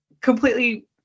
completely